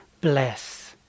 bless